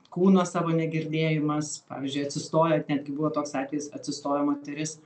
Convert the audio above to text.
kūno savo negirdėjimas pavyzdžiui atsistoja netgi buvo toks atvejis atsistoja moteris